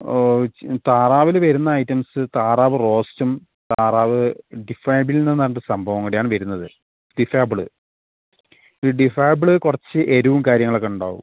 ഓ താറാവിൽ വരുന്ന ഐറ്റംസ് താറാവ് റോസ്റ്റും താറാവ് ഡിഫേബിൾ എന്ന് പറഞ്ഞിട്ട് ഒരു സംഭവം കൂടിയാണ് വരുന്നത് ഡിഫേബിൾ ഈ ഡിഫേബിൾ കുറച്ച് എരിവും കാര്യങ്ങൾ ഒക്കെ ഉണ്ടാവും